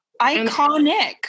iconic